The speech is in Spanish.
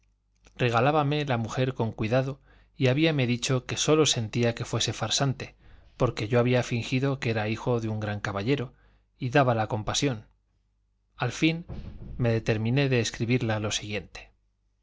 regalábame la mujer con cuidado y habíame dicho que sólo sentía que fuese farsante porque yo había fingido que era hijo de un gran caballero y dábala compasión al fin me determiné de escribirla lo siguiente